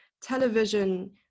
television